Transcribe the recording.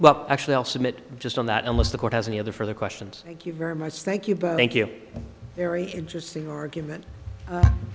well actually i'll submit just on that unless the court has any other further questions thank you very much thank you both thank you very interesting argument